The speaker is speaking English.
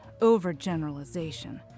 overgeneralization